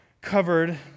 covered